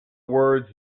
words